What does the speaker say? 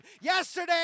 Yesterday